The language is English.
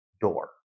door